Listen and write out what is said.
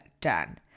done